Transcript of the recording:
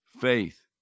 Faith